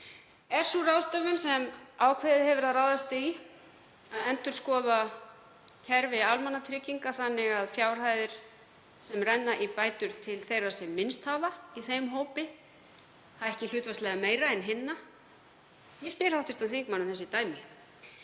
Er sú ráðstöfun sem ákveðið hefur verið að ráðast í, að endurskoða kerfi almannatrygginga þannig að fjárhæðir sem renna í bætur til þeirra sem minnst hafa í þeim hópi hækki hlutfallslega meira en hinna? Ég spyr hv. þingmann um þessi dæmi.